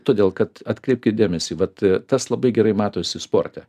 todėl kad atkreipkit dėmesį vat tas labai gerai matosi sporte